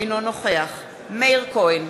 אינו נוכח מאיר כהן,